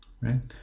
right